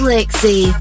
Lexi